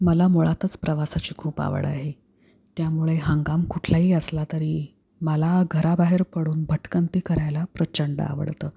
मला मुळातच प्रवासाची खूप आवड आहे त्यामुळे हंगाम कुठलाही असला तरी मला घराबाहेर पडून भटकंती करायला प्रचंड आवडतं